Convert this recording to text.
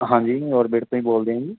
ਹਾਂਜੀ ਔਰਬਿਟ ਤੋਂ ਹੀ ਬੋਲਦੇ ਹਾਂ ਜੀ